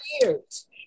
years